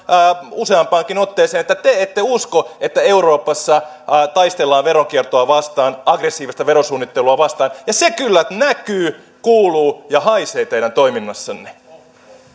useampaankin otteeseen että te ette usko että euroopassa taistellaan veronkiertoa vastaan aggressiivista verosuunnittelua vastaan ja se kyllä näkyy kuuluu ja haisee teidän toiminnassanne